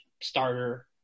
starter